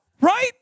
right